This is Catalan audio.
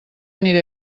aniré